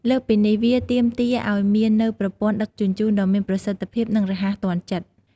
លើសពីនេះ វាទាមទារឲ្យមាននូវប្រព័ន្ធដឹកជញ្ជូនដ៏មានប្រសិទ្ធភាព និងរហ័សទាន់ចិត្ត។